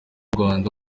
rwanda